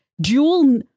dual